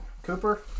Cooper